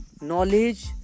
knowledge